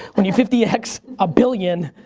when you fifty x a billion,